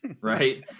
right